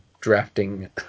drafting